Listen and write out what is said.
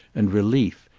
and relief,